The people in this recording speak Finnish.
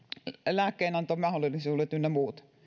lääkkeenantomahdollisuudet ynnä muut